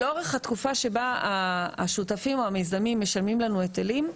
שלאורך התקופה שבה השותפים או המיזמים משלמים לנו היטלים,